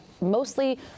mostly